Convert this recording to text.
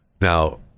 Now